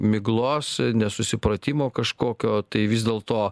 miglos nesusipratimo kažkokio tai vis dėlto